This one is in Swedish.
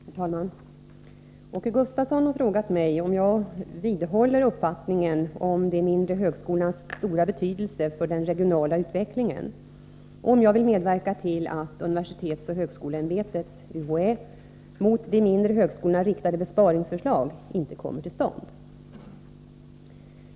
Herr talman! Åke Gustavsson har frågat mig om jag vidhåller uppfattningen om de mindre högskolornas stora betydelse för den regionala utvecklingen och om jag vill medverka till att universitetsoch högskoleämbetets mot de mindre högskolorna inriktade besparingsförslag inte kommer till stånd.